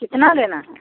कितना लेना है